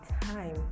time